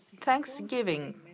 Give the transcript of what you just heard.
Thanksgiving